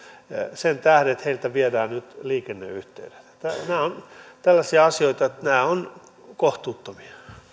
sen tähden että heiltä viedään nyt liikenneyhteydet nämä ovat tällaisia asioita että nämä ovat kohtuuttomia